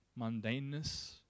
mundaneness